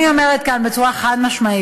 אני אומרת כאן בצורה חד-משמעית,